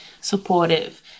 supportive